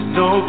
no